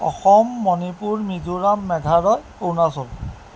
Assam Manipur Mizoram Meghalaya Arunachal